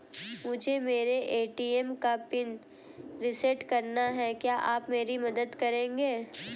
मुझे मेरे ए.टी.एम का पिन रीसेट कराना है क्या आप मेरी मदद करेंगे?